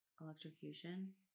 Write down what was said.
electrocution